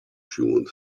sjoen